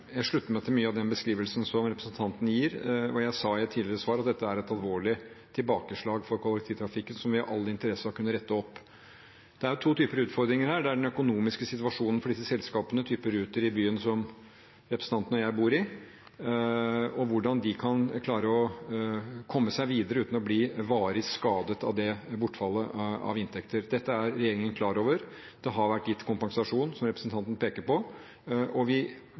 sa i et tidligere svar at dette er et alvorlig tilbakeslag for kollektivtrafikken som vi har all interesse av å kunne rette opp. Det er to typer utfordringer her. Det er den økonomiske situasjonen for disse selskapene, av typen Ruter i byen som representanten og jeg bor i, og hvordan de kan klare å komme seg videre uten å bli varig skadet av det bortfallet av inntekter. Dette er regjeringen klar over. Det har vært gitt kompensasjon, som representanten peker på, og vi